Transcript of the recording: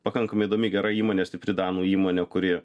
pakankamai įdomi gera įmonė stipri danų įmonė kuri